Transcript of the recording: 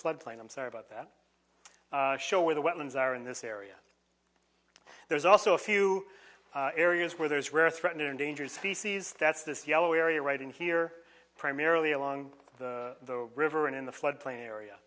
flood plain i'm sorry about that show where the weapons are in this area there's also a few areas where there is rare threatened or endangered species that's this yellow area right in here primarily along the river and in the floodplain area